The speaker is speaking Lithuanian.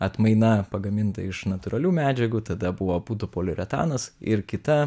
atmaina pagaminta iš natūralių medžiagų tada buvo putų poliuretanas ir kita